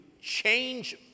change